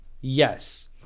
Yes